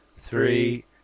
three